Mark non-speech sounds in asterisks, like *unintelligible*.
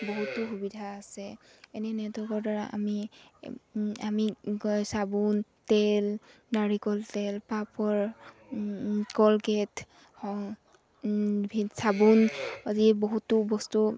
বহুতো সুবিধা আছে এনে নেটৱৰ্কৰ দ্বাৰা আমি আমি গৈ চাবোন তেল নাৰিকল তেল পাপৰ কলগেট *unintelligible* চাবোন আদি বহুতো বস্তু